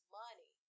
money